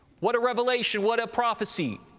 what a revelation, what a prophecy.